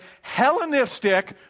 Hellenistic